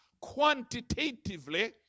quantitatively